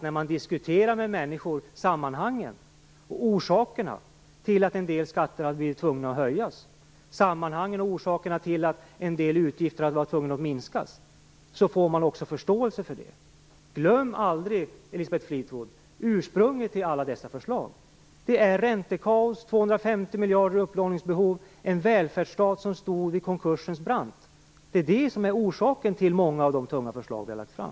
När man diskuterar sammanhangen med människor, orsakerna till att man varit tvungen att höja en del skatter, och orsakerna till att man har varit tvungen att minska en del utgifter, får man också förståelse för det. Glöm aldrig, Elisabeth Fleetwood, ursprunget till alla dessa förslag - räntekaos, 250 miljarder i upplåningsbehov och en välfärdsstat som stod vid konkursens brant. Det är orsaken till många av de tunga förslag som vi har lagt fram.